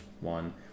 one